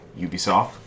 Ubisoft